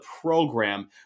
program